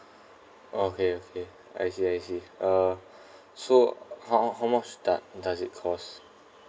okay okay I see I see uh so how ah how much da~ does it cost